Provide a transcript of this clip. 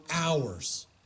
hours